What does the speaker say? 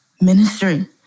ministry